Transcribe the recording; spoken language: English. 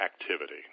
activity